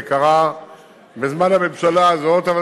זה קרה בזמן הממשלה הזאת, זה חוק שלנו.